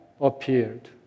appeared